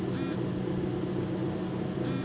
আমি পড়াশুনার জন্য কি ঋন পেতে পারি?